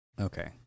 okay